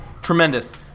tremendous